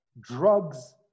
drugs